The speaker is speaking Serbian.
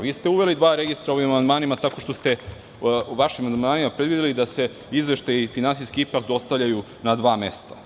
Vi ste uveli dva registra ovim amandmanima, tako što ste u vašim amandmanima predvideli da se izveštaji finansijski ipak dostavljaju na dva mesta.